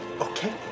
okay